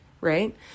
right